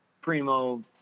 primo